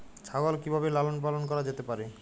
ছাগল কি ভাবে লালন পালন করা যেতে পারে?